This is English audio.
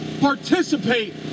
participate